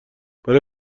برای